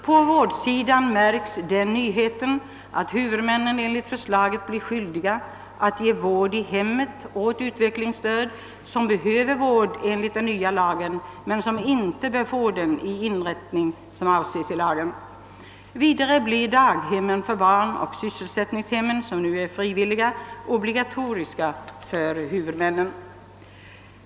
På vårdsidan märks den nyheten, att huvudmännen <enligt förslaget = blir skyldiga att ge vård i hemmet åt utvecklingsstörda, som behöver vård en ligt den nya lagen men som inte bör få den i inrättning som avses i lagen. Vidare blir daghemmen för barn och sysselsättningshemmen, som nu är frivilliga, obligatoriska för huvudmännen.